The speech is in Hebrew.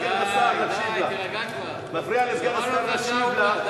חבר הכנסת בילסקי מפריע לסגן השר להקשיב לך.